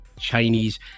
Chinese